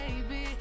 baby